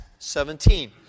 17